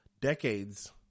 decades